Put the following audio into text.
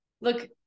Look